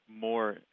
more